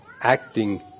acting